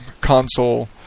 console